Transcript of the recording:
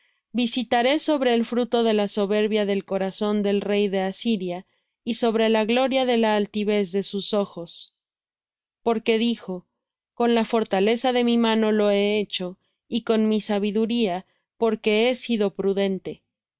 visitaré sobre el fruto de la soberbia del corazón del rey de asiria y sobre la gloria de la altivez de sus ojos porque dijo con la fortaleza de mi mano lo he hecho y con mi sabiduría porque he sido prudente